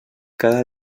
cada